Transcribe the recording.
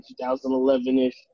2011-ish